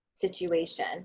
situation